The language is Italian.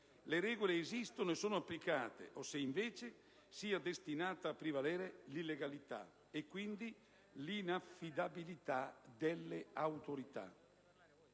le regole esistono e sono applicate o se, invece, sia destinata a prevalere l'illegalità e, quindi, l'inaffidabilità delle autorità.